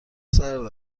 سرد